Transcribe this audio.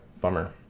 Bummer